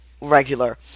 regular